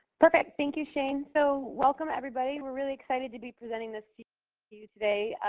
okay. thank you, shane. so, welcome everybody. we're really excited to be presenting this to you today.